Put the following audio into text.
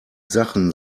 sachen